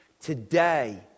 Today